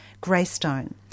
Greystone